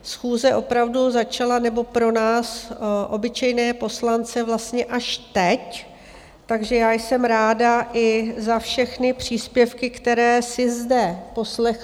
Schůze opravdu začala pro nás obyčejné poslance vlastně až teď, takže já jsem ráda i za všechny příspěvky, které si zde poslechnu.